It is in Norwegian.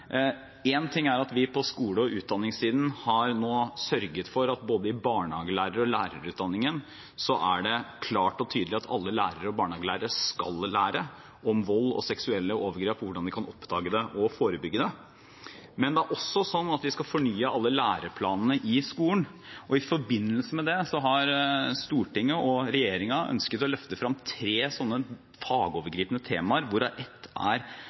En ting er at vi på skole- og utdanningssiden nå har sørget for at både i barnehagelærer- og lærerutdanningen er det klart og tydelig at alle barnehagelærere og lærere skal lære om vold og seksuelle overgrep og hvordan de kan oppdage det og forebygge det. Men det er også sånn at vi skal fornye alle læreplanene i skolen, og i forbindelse med det har Stortinget og regjeringen ønsket å løfte frem tre fagovergripende temaer, hvorav ett er